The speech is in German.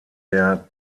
der